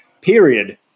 period